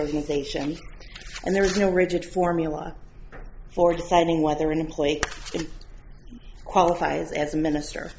orientation and there is no rigid formula for deciding whether an employee qualifies as a minister